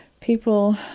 people